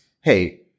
hey